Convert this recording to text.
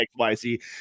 XYZ